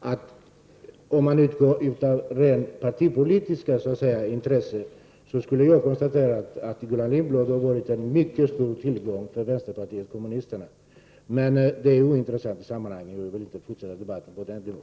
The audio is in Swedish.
att om man utgår ifrån rent partipolitiska intressen, så har Gullan Lindblad varit en mycket stor tillgång för vänsterpartiet. Men det är ointressant i sammanhanget, och jag vill inte fortsätta debatten på den nivån.